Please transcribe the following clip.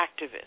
activist